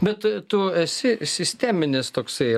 bet tu esi sisteminis toksai